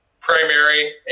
primary